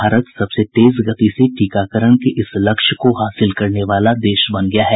भारत सबसे तेज गति से टीकाकरण के इस लक्ष्य को हासिल करने वाला देश बन गया है